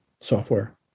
software